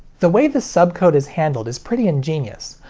the way the subcode is handled is pretty ingenious.